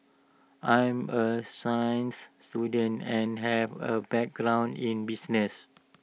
I'm A science student and have A background in business